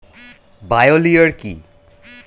Bio লিওর কি?